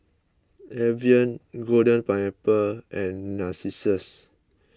Evian Golden Pineapple and Narcissus